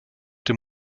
dem